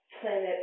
planet